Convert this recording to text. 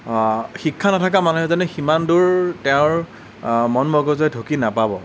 শিক্ষা নথকা মানুহ এজনে সিমান দূৰ তেওঁৰ মন মগজুৰে ঢুকি নাপাব